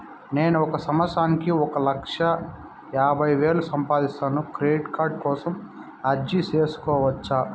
నేను ఒక సంవత్సరానికి ఒక లక్ష యాభై వేలు సంపాదిస్తాను, క్రెడిట్ కార్డు కోసం అర్జీ సేసుకోవచ్చా?